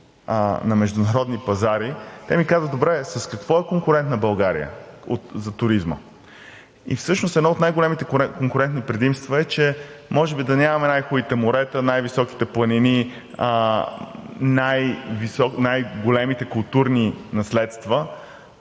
на международни пазари, те ми казват: „Добре, с какво е конкурентна България за туризма?“ Всъщност едно от най-големите конкурентни предимства е, че може би да нямаме най-хубавите морета, най-високите планини, най-големите културни наследства,